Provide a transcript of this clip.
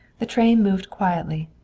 the train moved quietly,